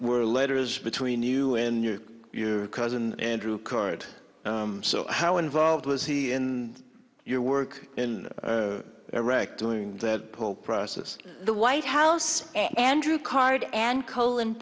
were letters between you and your cousin andrew card so how involved was he in your work in iraq doing the whole process the white house andrew card and colin